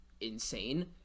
Insane